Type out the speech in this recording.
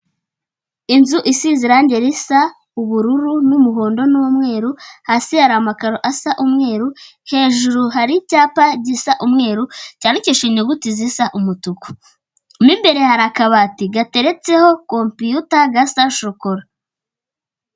Inzu isize irangi risa ubururu n'umuhondo n'umweru; hasi hari amakaro asa umweru; hejuru hari icyapa gisa umweru, cyandikishije inyuguti zisa umutuku; mu imbere hari akabati gateretseho kopiyuta gasa shokora.